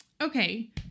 Okay